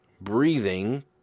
breathing